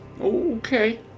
Okay